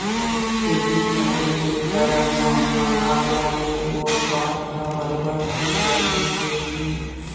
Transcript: खेती किसानी के करब म अकाल वाले गोठ बात ह बरोबर सुने बर मिलथे ही